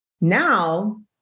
Now